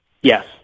yes